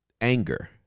anger